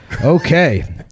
Okay